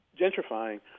gentrifying